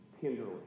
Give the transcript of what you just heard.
tenderly